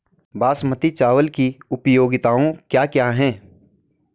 बासमती चावल की उपयोगिताओं क्या क्या हैं?